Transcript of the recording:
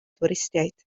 dwristiaid